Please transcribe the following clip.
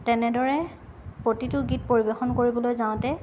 তেনেদৰে প্ৰতিটো গীত পৰিবেশন কৰিবলৈ যাওঁতে